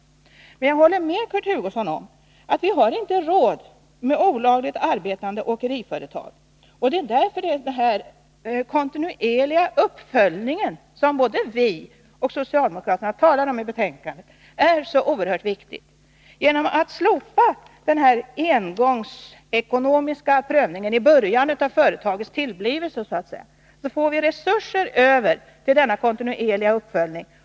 Men jag håller med Kurt Hugosson om att vi inte har råd med olagligt arbetande åkeriföretag. Det är därför som den kontinuerliga uppföljningen, som både vi och socialdemokraterna nämner i betänkandet, är så oerhört viktig. Genom att slopa den ekonomiska lämplighetsprövningen i början av ett företags verksamhet får vi resurser över till den kontinuerliga uppföljningen.